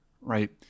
right